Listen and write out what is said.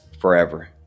forever